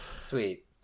Sweet